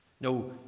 No